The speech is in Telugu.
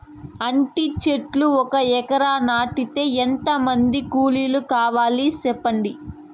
అంటి చెట్లు ఒక ఎకరా నాటేకి ఎంత మంది కూలీలు కావాలి? సెప్పండి?